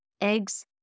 eggs